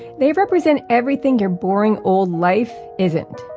they represent everything your boring old life isn't.